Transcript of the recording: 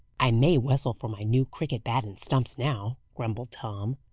i may whistle for my new cricket-bat and stumps now, grumbled tom.